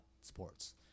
sports